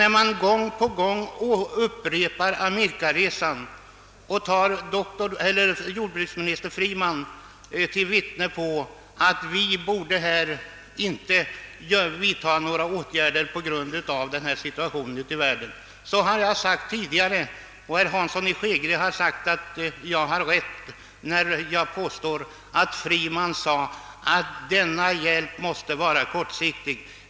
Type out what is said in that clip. När man gång på gång talar om amerikaresan och tar jordbruksminister Freeman till vittne på att vi inte borde vidta några åtgärder med tanke på situationen i världen, vill jag upprepa — och herr Hansson i Skegrie har erkänt att jag har rätt — att jordbruksminister Freeman framhöll att denna hjälp måste vara kortsiktig.